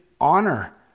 honor